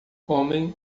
homem